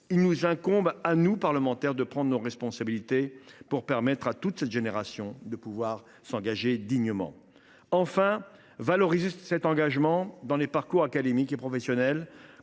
il nous incombe, à nous parlementaires, de prendre nos responsabilités pour permettre à toute cette génération de s’engager dignement. Cinquièmement, valoriser cet engagement dans les parcours académiques et professionnels,